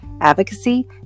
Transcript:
advocacy